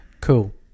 Cool